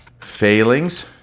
failings